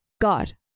God